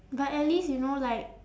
but at least you know like